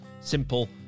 simple